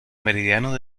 meridiano